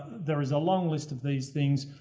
there is a long list of these things.